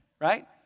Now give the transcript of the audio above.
right